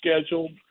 scheduled